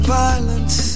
violence